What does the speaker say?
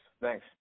Thanks